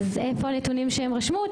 אז איפה הנתונים שהן רשמו?